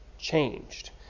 changed